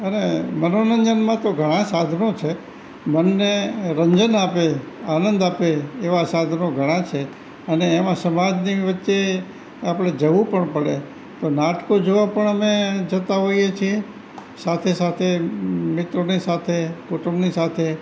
અને મનોરંજનમાં તો ઘણાં સાધનો છે મનને રંજન આપે આનંદ આપે એવાં સાધનો ઘણાં છે અને એમાં સમાજની વચ્ચે આપણે જવું પણ પડે તો નાટકો જોવા પણ અમે જતા હોઈએ છીએ સાથે સાથે મિત્રોની સાથે કુટુંબની સાથે